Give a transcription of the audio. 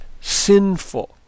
sinful